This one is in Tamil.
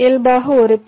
இயல்பாக ஒரு பி